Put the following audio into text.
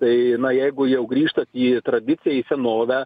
tai na jeigu jau grįžtat į tradiciją į senovę